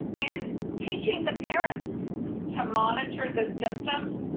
and teaching the parents to monitor the symptoms,